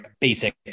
basic